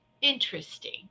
interesting